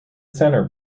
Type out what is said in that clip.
centre